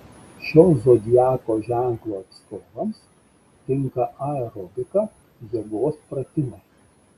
šio zodiako ženklo atstovams tinka aerobika jėgos pratimai